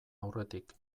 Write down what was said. aurretik